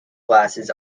glass